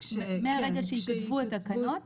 מהרגע שיכתבו התקנות,